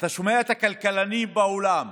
ואתה שומע את הכלכלנים בעולם